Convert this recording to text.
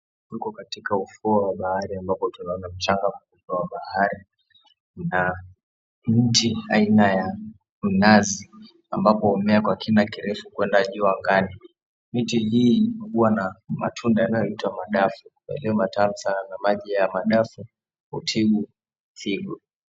Tuko katika 𝑢𝑓𝑢𝑜 wa bahari ambapo tunaona mchanga wa bahari na mti aina ya mnazi ambapo humea kwa kina kirefu kwenda juu angani. Miti hii huwa na matunda yanayoitwa madafu, yaliyo matamu sana na maji ya madafu hutibu figo.